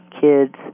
kids